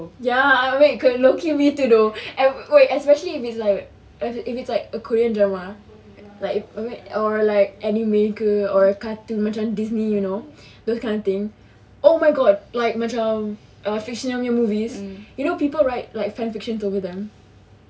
ya wait especially if it's like if it's like a korean drama like or like anime ke or a cartoon macam disney you know those kind of thing oh my god like macam fictional punya movies you know people write like fan fiction over them